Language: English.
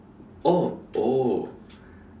oh oh